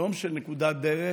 יום של נקודת דרך